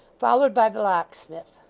followed by the locksmith.